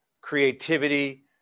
creativity